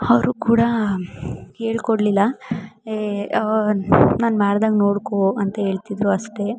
ಅವ್ರು ಕೂಡಾ ಹೇಳ್ ಕೊಡಲಿಲ್ಲ ಏ ನಾನು ಮಾಡ್ದಾಗ ನೋಡಿಕೋ ಅಂತ ಹೇಳ್ತಿದ್ರು ಅಷ್ಟೇ